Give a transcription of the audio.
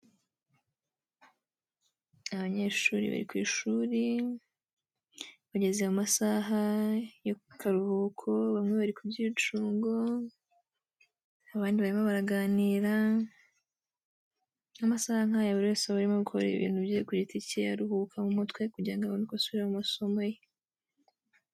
Abanyeshuri bari ku ishuri, bageze mu masaha y'akaruhuko, bamwe bari ku byicungo, abandi barimo baraganira, amasaha nk'aya buri wese barimo gukora ibintu bye ku giti cye aruhuka mu mutwe, kugira ngo abone uko asubira mu masomo ye.